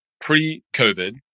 pre-COVID